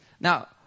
Now